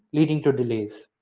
leading to delays.